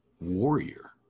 warrior